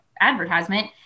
advertisement